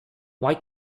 why